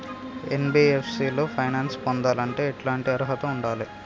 NBFC లో finance పొందాలంటే ఎట్లాంటి అర్హత ఉండాలే?